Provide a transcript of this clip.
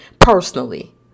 personally